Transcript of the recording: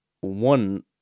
one